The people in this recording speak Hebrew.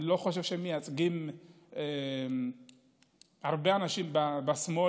אני לא חושב שהם מייצגים הרבה אנשים בשמאל,